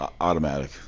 Automatic